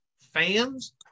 fans